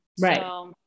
Right